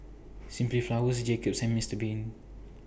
Simply Flowers Jacob's and Mister Bean